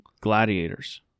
gladiators